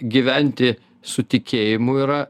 gyventi su tikėjimu yra